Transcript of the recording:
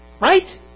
Right